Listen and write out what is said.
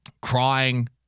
crying